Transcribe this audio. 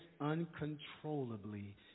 uncontrollably